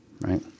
right